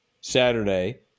Saturday